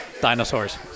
dinosaurs